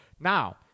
Now